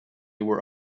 were